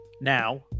now